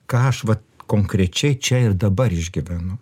ką aš va konkrečiai čia ir dabar išgyvenu